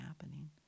happening